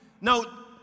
Now